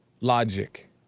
logic